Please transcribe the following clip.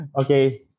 Okay